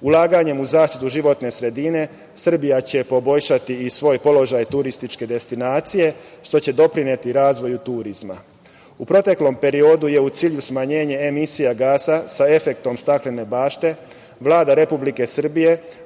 Ulaganjem u zaštitu životne sredine Srbija će poboljšati i svoj položaj turističke destinacije, što će doprineti razvoju turizma.U proteklom periodu je, a u cilju smanjenja emisija gasova sa efektom staklene bašte, Vlada